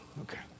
okay